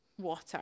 water